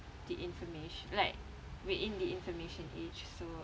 the information like we're in the information age so